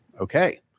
Okay